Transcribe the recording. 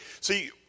See